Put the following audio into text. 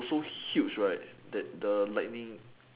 it was so huge right that the lightning